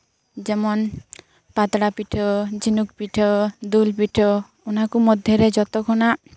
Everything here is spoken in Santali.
ᱡᱮᱢᱚᱱ ᱯᱟᱛᱲᱟ ᱯᱤᱴᱷᱟᱹ ᱡᱷᱤᱱᱩᱠ ᱯᱤᱴᱷᱟᱹ ᱫᱩᱞ ᱯᱤᱴᱷᱟᱹ ᱚᱱᱟᱠᱚ ᱢᱚᱫᱷᱮᱨᱮ ᱡᱚᱛᱚᱠᱷᱚᱱᱟᱜ